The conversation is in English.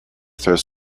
throws